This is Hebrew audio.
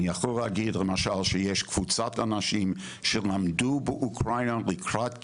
אני יכול להגיד למשל שיש קבוצת אנשים שהם עמדו באוקראינה לקראת גיור,